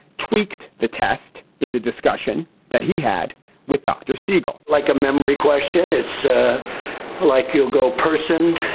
tweaked the test in the discussion that he had with dr. siegel like a memory question it's ah like you go person,